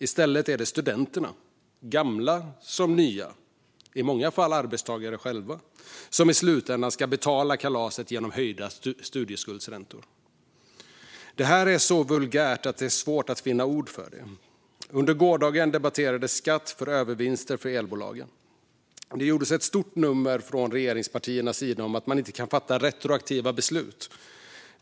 I stället är det studenterna, gamla som nya - i många fall arbetstagare själva - som i slutändan ska betala kalaset genom höjda studieskuldsräntor. Det här är så vulgärt att det är svårt att finna ord för det. Under gårdagen debatterades skatt för övervinster för elbolagen. Det gjordes ett stort nummer från regeringspartiernas sida av att man inte kan fatta retroaktiva beslut.